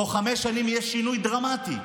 תוך חמש שנים יהיה שינוי דרמטי.